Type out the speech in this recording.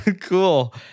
cool